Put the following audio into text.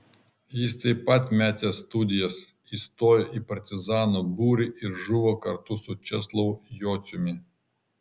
jis taip pat metė studijas įstojo į partizanų būrį ir žuvo kartu su česlovu jociumi